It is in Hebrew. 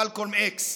מלקולם אקס.